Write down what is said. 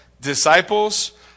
disciples